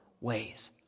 ways